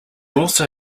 also